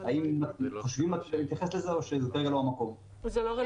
האם אתם חושבים להתייחס לזה, או שזה לא המקום לזה?